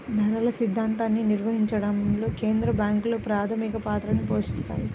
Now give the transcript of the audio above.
ధరల స్థిరత్వాన్ని నిర్వహించడంలో కేంద్ర బ్యాంకులు ప్రాథమిక పాత్రని పోషిత్తాయి